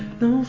no